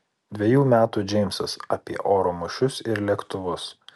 dvejų metų džeimsas apie oro mūšius ir lėktuvus